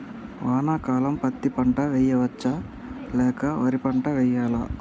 వానాకాలం పత్తి పంట వేయవచ్చ లేక వరి పంట వేయాలా?